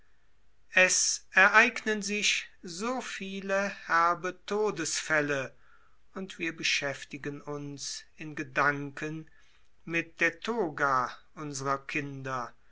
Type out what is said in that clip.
es so viele herbe todesfälle und wir beschäftigen uns in gedanken mit der toga unsrer kinder